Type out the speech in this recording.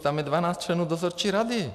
Tam je 12 členů dozorčí rady.